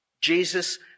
Jesus